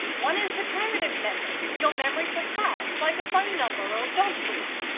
one is declarative memory, your memory for facts like a phone number or dog breed.